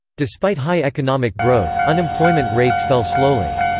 despite high economic growth, unemployment rates fell slowly.